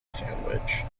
sandwich